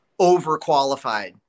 overqualified